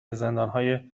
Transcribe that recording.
زندانهای